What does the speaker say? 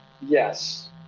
Yes